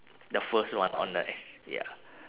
the first one on the ex~ ya